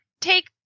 take